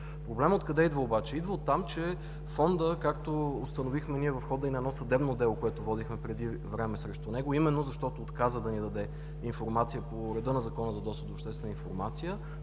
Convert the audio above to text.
проблемът обаче? Идва оттам, че Фондът, както установихме в хода на съдебно дело, което водихме преди време срещу него, именно защото отказа да ни даде информация по реда на Закона за достъп до обществената информация,